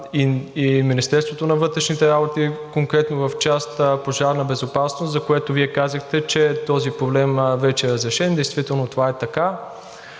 и Министерството на вътрешните работи – конкретно в частта „Пожарна безопасност“, за което Вие казахте, че този проблем вече е разрешен. Действително това е така.